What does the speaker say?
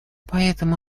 поэтому